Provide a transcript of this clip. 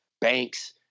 Banks